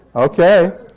okay.